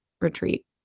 retreat